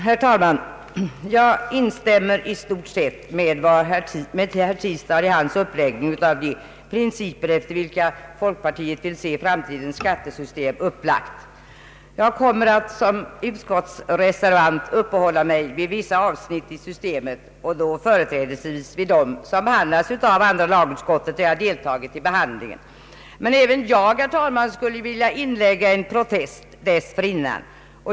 Herr talman! Jag instämmer i stort sett i vad herr Tistad här anfört beträffande de principer, efter vilka folkpartiet vill se framtidens skattesystem upplagt. Jag kommer såsom utskottsreservant att uppehålla mig vid vissa avsnitt i systemet och då företrädesvis vid de delar av andra lagutskottets utlåtande där jag deltagit i behandlingen. Men även jag, herr talman, skulle vilja inlägga en protest dessförinnan.